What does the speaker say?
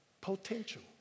potential